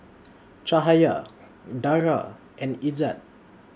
Cahaya Dara and Izzat